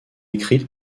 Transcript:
écrite